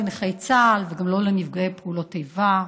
לא לנכי צה"ל וגם לא לנפגעי פעולות איבה.